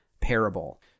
parable